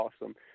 awesome